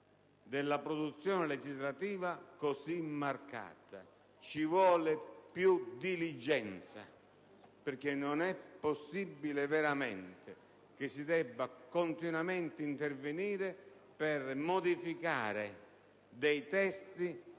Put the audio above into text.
della produzione legislativa così marcato. Ci vuole più diligenza. Non è possibile veramente che si debba continuamente intervenire per modificare dei testi